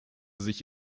sich